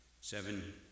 seven